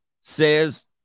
says